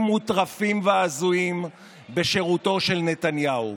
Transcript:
מוטרפים והזויים בשירותו של נתניהו: